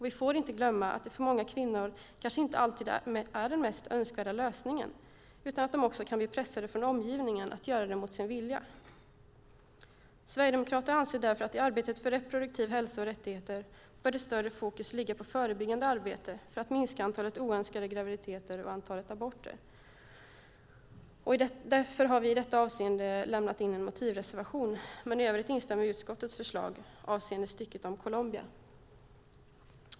Vi får inte glömma att det för många kvinnor inte är den mest önskvärda lösningen, utan de kan bli pressade från omgivningen att göra det emot sin vilja. Sverigedemokraterna anser att i arbetet för reproduktiv hälsa och rättigheter bör ett större fokus ligga på förebyggande arbete för att minska antalet oönskade graviditeter och antalet aborter. Därför har vi i detta avseende lämnat in en motivreservation. I övrigt instämmer vi i utskottets förslag avseende stycket om Colombia.